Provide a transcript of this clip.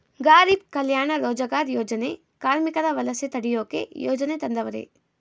ಗಾರೀಬ್ ಕಲ್ಯಾಣ ರೋಜಗಾರ್ ಯೋಜನೆ ಕಾರ್ಮಿಕರ ವಲಸೆ ತಡಿಯೋಕೆ ಯೋಜನೆ ತಂದವರೆ